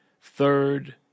third